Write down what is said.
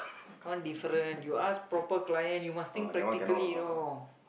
that one different you ask proper client you must think practically you know